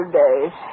days